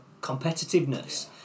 competitiveness